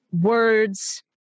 words